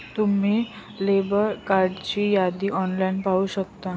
तुम्ही लेबर कार्डची यादी ऑनलाइन पाहू शकता